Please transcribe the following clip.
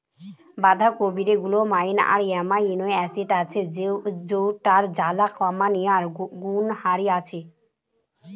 বাঁধাকপিরে glutamine আর amino acid আছে যৌটার জ্বালা কমানিয়ার গুণহারি আছে